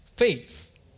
Faith